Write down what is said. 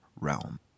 Realm